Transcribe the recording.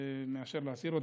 יותר מאשר להסיר אותה.